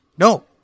No